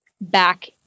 back